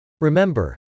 Remember